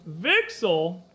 Vixel